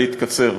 ולקצר,